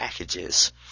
Packages